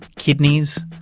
kidneys,